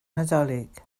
nadolig